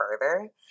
further